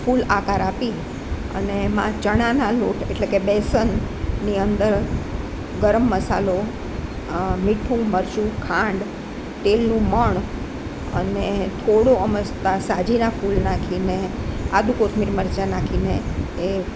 ફૂલ આકાર આપી અને એમાં ચણાના લોટ એટલે કે બેસનની અંદર ગરમ મસાલો મીઠું મરચું ખાંડ તેલનું મોણ અને થોડો અમસ્તા સાજીનાં ફૂલ નાખીને આદું કોથમીર મરચાં નાખીને એ